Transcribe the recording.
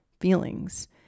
feelings